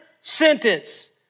sentence